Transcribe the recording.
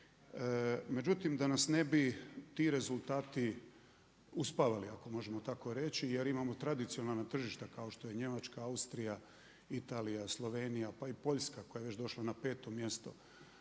Međutim, da nas ne bi ti rezultati uspavali, ako možemo tako reći jer imamo tradicionalna tržišta kao što je Njemačka, Austrija, Italija, Slovenija pa i Poljska koja je već došla na peto mjesto